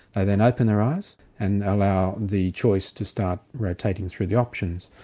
they then open their eyes and allow the choice to start rotating through the options.